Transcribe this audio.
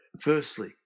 Firstly